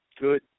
good